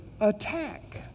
attack